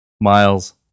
Miles